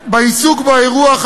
חשיבות בעיסוק באירוע,